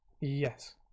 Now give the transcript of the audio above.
Yes